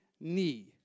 knee